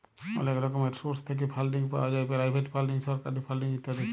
অলেক রকমের সোর্স থ্যাইকে ফাল্ডিং পাউয়া যায় পেরাইভেট ফাল্ডিং, সরকারি ফাল্ডিং ইত্যাদি